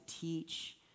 teach